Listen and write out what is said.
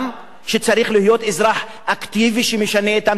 שצריך להיות אזרח אקטיבי שמשנה את המציאות?